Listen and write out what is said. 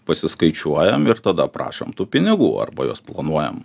pasiskaičiuojam ir tada prašom tų pinigų arba juos planuojam